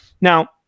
Now